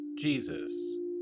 Jesus